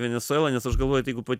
venesuelą nes aš galvoju tai jeigu po